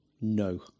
No